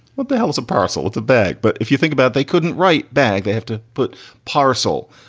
what the hell is a parcel with a bag? but if you think about they couldn't write bag, they have to put parcel.